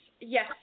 Yes